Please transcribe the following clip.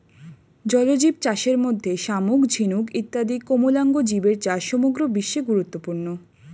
জলজীবচাষের মধ্যে শামুক, ঝিনুক ইত্যাদি কোমলাঙ্গ জীবের চাষ সমগ্র বিশ্বে গুরুত্বপূর্ণ